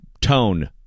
tone